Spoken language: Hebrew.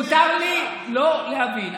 מותר לי לא להבין.